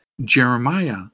Jeremiah